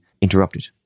interrupted